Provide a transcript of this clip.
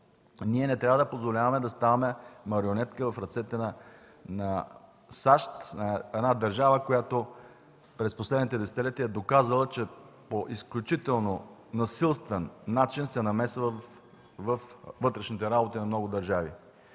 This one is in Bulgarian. Ние не трябва да позволяваме да ставаме марионетка в ръцете на САЩ – една държава, която през последните десетилетия е доказала, че по изключително насилствен начин се намесва във вътрешните работи на много държави.